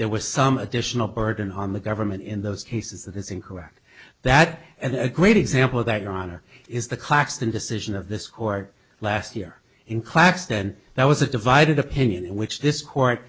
there was some additional burden on the government in those cases that is incorrect that and a great example of that your honor is the claxton decision of this court last year in claxton that was a divided opinion in which this court